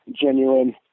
genuine